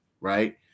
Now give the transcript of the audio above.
right